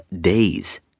days